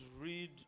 read